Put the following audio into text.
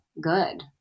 good